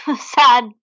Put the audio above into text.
Sad